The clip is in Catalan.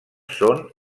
són